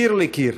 מקיר לקיר.